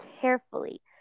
carefully